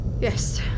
yes